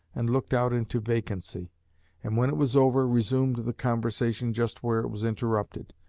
and looked out into vacancy and when it was over, resumed the conversation just where it was interrupted,